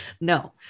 No